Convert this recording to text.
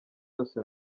yose